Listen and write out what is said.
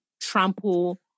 trample